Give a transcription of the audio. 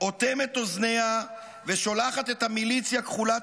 אוטמת אוזניה ושולחת את המיליציה כחולת